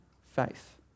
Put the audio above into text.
faith